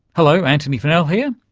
hello, antony funnell here,